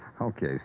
Okay